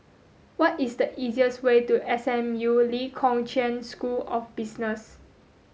what is the easiest way to S M U Lee Kong Chian School of Business